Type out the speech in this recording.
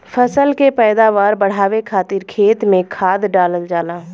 फसल के पैदावार बढ़ावे खातिर खेत में खाद डालल जाला